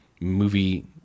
movie